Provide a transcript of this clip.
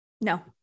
No